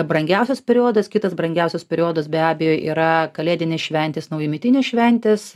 brangiausias periodas kitas brangiausias periodas be abejo yra kalėdinės šventės naujametinės šventės